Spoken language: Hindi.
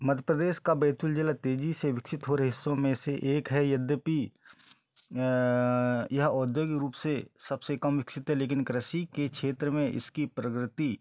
मध्यप्रदेश का बैतूल जिला तेज़ी से विकसित हो रहे हिस्सों में से एक है यद्यपि यह औद्योगिक रूप से सबसे कम विकसित है लेकिन कृषि के क्षेत्र में इसकी प्रगति